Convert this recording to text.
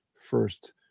first